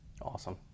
Awesome